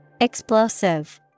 Explosive